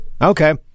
Okay